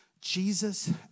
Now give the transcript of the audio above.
Jesus